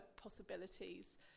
possibilities